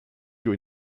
giu